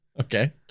okay